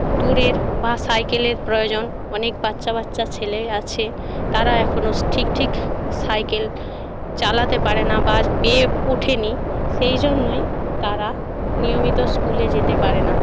দূরের বা সাইকেলের প্রয়োজন অনেক বাচ্চা বাচ্চা ছেলে আছে তারা এখনো ঠিকঠিক সাইকেল চালাতে পারে না বা পেয়ে ওঠেনি সেই জন্যই তারা নিয়মিত স্কুলে যেতে পারে না